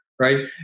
Right